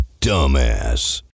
dumbass